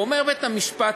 אמר בית-המשפט,